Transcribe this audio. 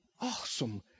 awesome